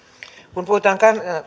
kun puhutaan